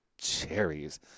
cherries